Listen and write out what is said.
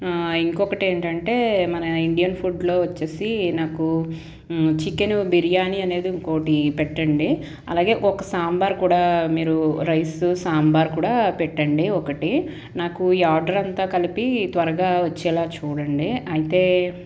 ఇంకొకటి ఏంటంటే మన ఇండియన్ ఫుడ్లో వచ్చేసి నాకు చికెను బిర్యానీ అనేది ఇంకొకటి పెట్టండి అలాగే ఒక సాంబార్ కూడా మీరు రైస్ సాంబార్ కూడా పెట్టండి ఒకటి నాకు ఈ ఆర్డర్ అంతా కలిపి త్వరగా వచ్చేలా చూడండి అయితే